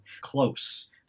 close